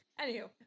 Anywho